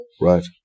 Right